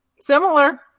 Similar